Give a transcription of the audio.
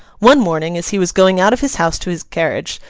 one morning, as he was going out of his house to his carriage,